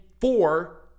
four